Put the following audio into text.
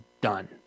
done